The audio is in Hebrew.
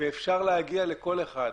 אפשר להגיע לכל אחד.